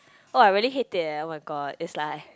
oh I really hate it leh [oh]-my-god it's like